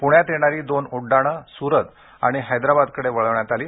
पुण्यात येणारी दोन उड्डाणं सुरत आणि हैदराबादकडे वळवण्यात आली